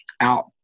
out